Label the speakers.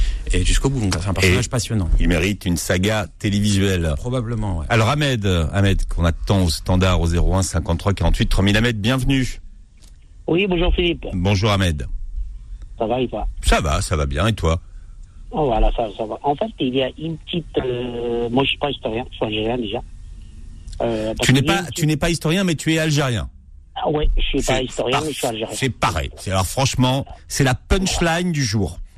Speaker 1: Et jusqu'au bout, donc, ça, c'est un
Speaker 2: Et
Speaker 1: personnage passionnant.
Speaker 2: il mérite une saga télévisuelle.
Speaker 1: Probablement, ouais.
Speaker 2: Alors, Ahmed, Ahmed, qu'on attend au standard au 01 53 48 3000, Ahmed, bienvenue.
Speaker 3: Oui, bonjour, Philippe.
Speaker 2: Bonjour, Ahmed.
Speaker 3: Ça va et toi ?
Speaker 2: Ça va, ça va bien. Et toi ?
Speaker 3: Oh, voilà, ça, ça va. En fait, il y a une petite, euh, moi, je suis pas historien, je suis algérien, déjà. Euh, parce
Speaker 2: Tu
Speaker 3: que
Speaker 2: n'es
Speaker 3: il y a
Speaker 2: pas-
Speaker 3: une
Speaker 2: tu
Speaker 3: petite-
Speaker 2: n'es pas historien, mais tu es algérien.
Speaker 3: Ah ouais, je suis pas
Speaker 2: C'est
Speaker 3: historien,
Speaker 2: par-
Speaker 3: mais je suis algérien.
Speaker 2: c'est pareil. C'est- alors, franchement, c'est la punchline
Speaker 3: Voilà.
Speaker 2: du jour.